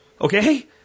okay